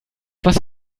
was